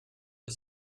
the